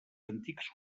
antics